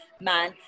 man